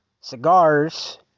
cigars